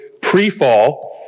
pre-fall